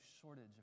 shortage